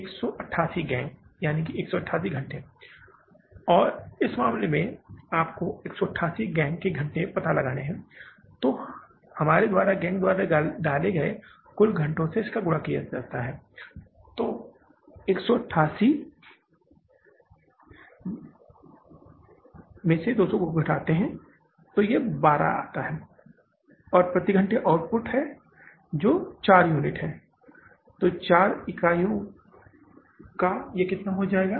188 gang घंटे और इस मामले में अगर आपको 188 गैंग के घंटे का पता लगाना है तो हमारे द्वारा गैंग द्वारा डाले गए कुल घंटों से गुणा किया जाता है तो 188 सही 200 माइनस 12 188 है और प्रति घंटे आउटपुट है जो 4 यूनिट है 4 इकाइयों तो यह कितना हो जाएगा